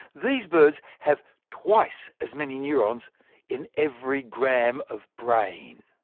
these birds have twice as many neurons in every gram of brain!